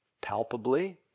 palpably